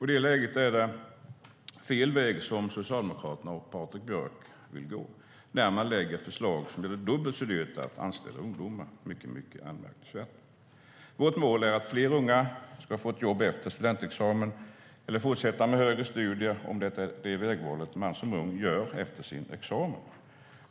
I det läget är det fel väg som Socialdemokraterna och Patrik Björck vill gå när man lägger fram förslag som gör det dubbelt så dyrt att anställa ungdomar. Det är mycket anmärkningsvärt. Vårt mål är att fler unga ska få ett jobb efter studentexamen eller fortsätta med högre studier om det är det vägval man som ung gör efter sin examen.